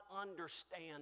understand